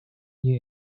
new